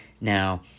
Now